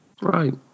Right